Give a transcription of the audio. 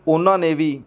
ਉਹਨਾਂ ਨੇ ਵੀ